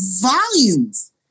volumes